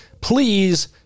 please